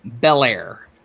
belair